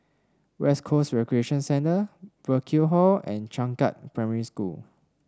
West Coast Recreation Centre Burkill Hall and Changkat Primary School